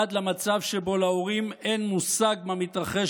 עד למצב שבו להורים אין מושג מה מתרחש